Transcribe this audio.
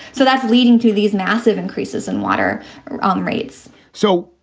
so that's leading to these massive increases in water um rates so.